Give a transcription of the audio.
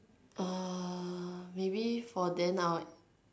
ah maybe for then I would